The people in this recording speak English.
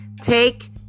Take